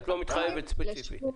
את לא מתחייבת ספציפית.